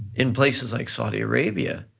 in places like saudi arabia,